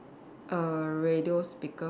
a radio speaker